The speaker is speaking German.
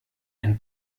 ein